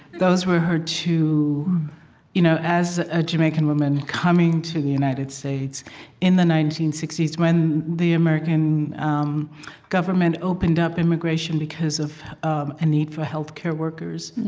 those were her two you know as a jamaican woman coming to the united states in the nineteen sixty s when the american um government opened up immigration because of um a need for healthcare workers,